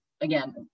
again